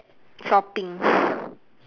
shopping